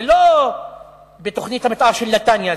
זה לא בתוכנית המיתאר של נתניה,